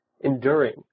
enduring